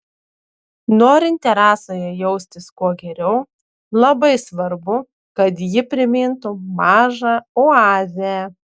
norint terasoje jaustis kuo geriau labai svarbu kad ji primintų mažą oazę